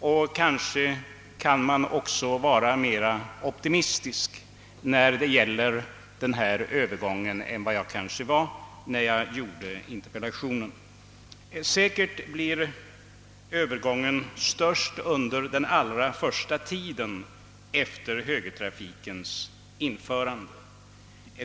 Måhända kan man också vara mera optimistisk när det gäller denna övergång än vad jag var när jag framställde interpellationen. Säkerligen blir övergången störst under den allra första tiden efter högertrafikens införande.